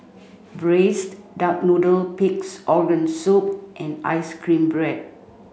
braised duck noodle pig's organ soup and ice cream bread